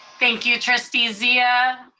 thank you trustee zia.